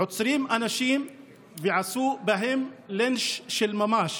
עוצרים אנשים ועשו בהם לינץ' של ממש.